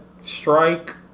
strike